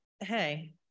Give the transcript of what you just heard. Hey